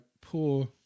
poor